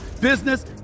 business